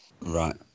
right